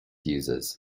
users